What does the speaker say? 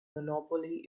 monopoly